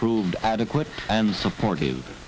proved adequate and supportive